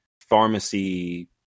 pharmacy